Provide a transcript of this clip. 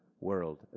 world